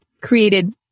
created